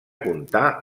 contar